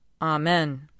Amen